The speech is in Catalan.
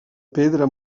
pedra